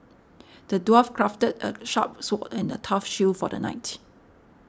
the dwarf crafted a sharp sword and a tough shield for the knight